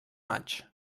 maig